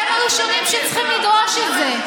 אתם הראשונים שצריכים לדרוש את זה.